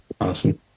Awesome